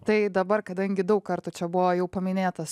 tai dabar kadangi daug kartų čia buvo jau paminėtas